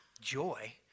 joy